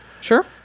Sure